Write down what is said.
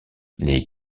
les